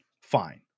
Fine